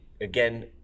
again